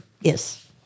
Yes